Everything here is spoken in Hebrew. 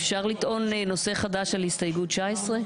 אפשר לטעון נושא חדש על הסתייגות 19?